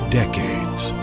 decades